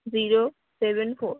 zero seven four